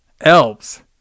Elves